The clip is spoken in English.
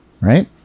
right